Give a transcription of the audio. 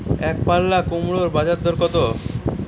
একপাল্লা কুমড়োর বাজার দর কত?